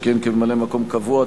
שכיהן כממלא-מקום קבוע,